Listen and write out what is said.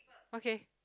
okay